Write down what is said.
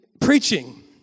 preaching